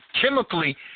chemically